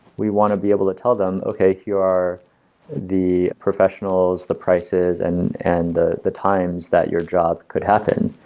we want to be able to tell them, okay, you are the professionals, the prices and and the the times that your job could happen.